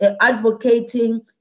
advocating